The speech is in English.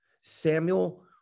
Samuel